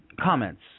comments